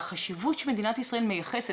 והחשיבות שמדינת ישראל מייחסת,